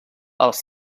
els